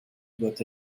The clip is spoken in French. doit